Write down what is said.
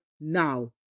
now